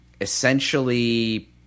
essentially